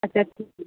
अच्छा ठीक है